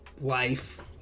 life